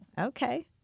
Okay